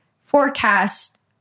forecast